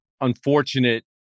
unfortunate